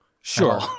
Sure